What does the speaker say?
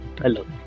Hello